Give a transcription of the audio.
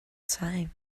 time